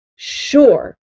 sure